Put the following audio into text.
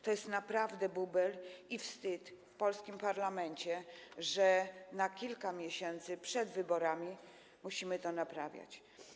To jest naprawdę bubel i wstyd, że w polskim parlamencie na kilka miesięcy przed wyborami musimy to naprawiać.